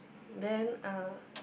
then uh